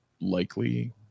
Likely